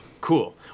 Cool